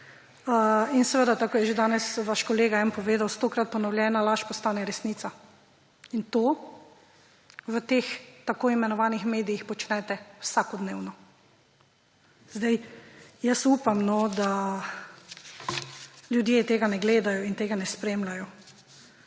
In kot je že danes en vaš kolega povedal – stokrat ponovljena laž postane resnica. In to v teh tako imenovanih medijih počnete vsakodnevno. Jaz upam, da ljudje tega ne gledajo in tega ne spremljajo.